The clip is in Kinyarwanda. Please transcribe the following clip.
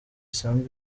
isanzwe